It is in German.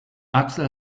axel